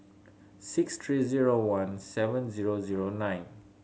six three zero one seven zero zero nine